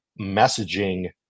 messaging